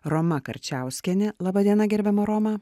roma karčiauskienė laba diena gerbiama roma